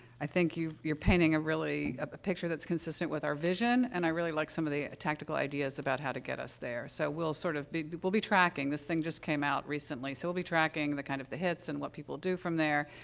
i think you you're painting a really a a picture that's consistent with our vision, and i really like some of the tactical ideas about how to get us there. so, we'll sort of be be we'll be tracking. this thing just came out recently, so we'll be tracking the kind of, the hits and what people do from there,